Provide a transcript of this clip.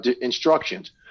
instructions